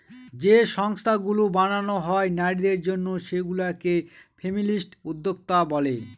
যে সংস্থাগুলো বানানো হয় নারীদের জন্য সেগুলা কে ফেমিনিস্ট উদ্যোক্তা বলে